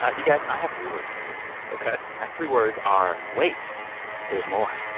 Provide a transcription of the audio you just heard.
ah you guys, i have three words, too ok my three words are, wait there's more.